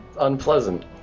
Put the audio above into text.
unpleasant